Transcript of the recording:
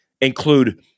include